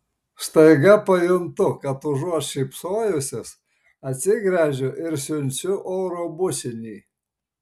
staiga pajuntu kad užuot šypsojusis atsigręžiu ir siunčiu oro bučinį